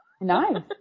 Nice